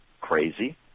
crazy